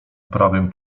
prawym